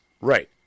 Right